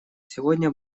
сегодня